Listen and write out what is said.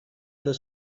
their